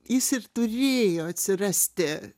jis ir turėjo atsirasti